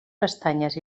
pestanyes